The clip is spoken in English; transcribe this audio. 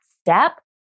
step